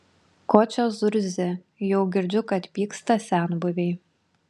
ko čia zurzi jau girdžiu kaip pyksta senbuviai